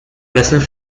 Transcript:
wrestled